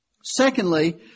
Secondly